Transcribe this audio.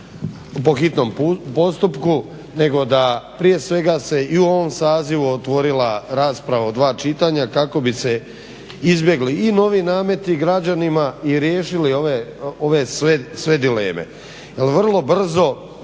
po hitnom postupku nego da prije svega se i u ovom sazivu otvorila rasprava od dva čitanja kako bi se izbjegli i novi nameti građanima i riješili ove sve dileme.